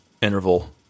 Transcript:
interval